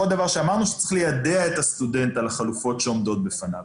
עוד דבר שאמרנו זה שצריך ליידע את הסטודנט על החלופות שעומדות בפניו.